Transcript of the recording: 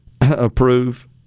approve